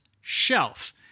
shelf